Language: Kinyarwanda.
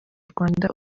rwanda